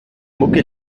mucke